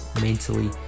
mentally